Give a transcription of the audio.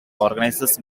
organises